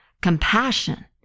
Compassion